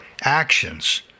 actions